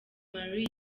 marley